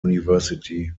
university